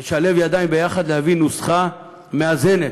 להביא נוסחה מאזנת,